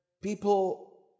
people